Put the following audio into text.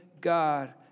God